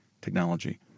technology